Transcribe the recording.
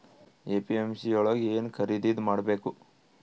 APMC ಯೊಳಗ ಏನ್ ಖರೀದಿದ ಮಾಡ್ಬೇಕು?